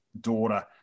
daughter